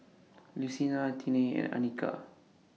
Lucina Tiney and Anika